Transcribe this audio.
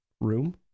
room